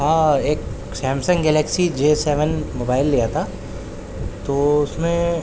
ہاں ایک Samsung Galaxy J seven mobile لیا تھا تو اس میں